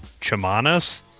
Chamanas